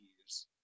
years